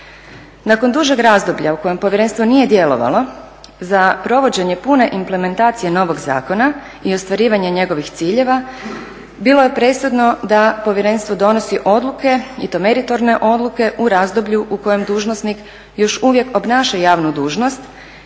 Nakon dužeg razdoblja u kojem povjerenstvo nije djelovalo za provođenje pune implementacije novog zakona i ostvarivanje njegovih ciljeva bilo je presudno da povjerenstvo donosi odluke i to meritorne odluke u razdoblju u kojem dužnosnik još uvijek obnaša javnu dužnost